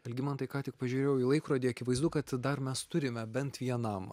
algimantai ką tik pažiūrėjau į laikrodį akivaizdu kad dar mes turime bent vienam